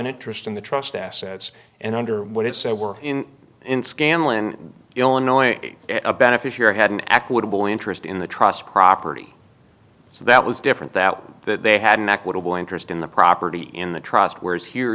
an interest in the trust assets and under what it said were in in scanlan illinois a beneficiary had an equitable interest in the trust property so that was different that they had an equitable interest in the property in the trust whereas here